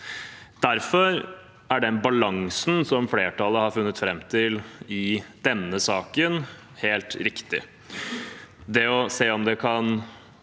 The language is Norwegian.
Derfor er den balansen som flertallet har funnet fram til i denne saken, helt riktig.